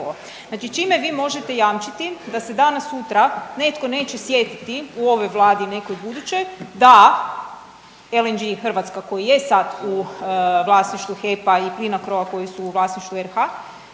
znači čime vi možete jamčiti da se danas sutra netko neće sjetiti u ovoj Vladi i nekoj budućoj da LNG Hrvatska koji je sad u vlasništvu HEP-a i Plinacroa koji su u vlasništvu RH,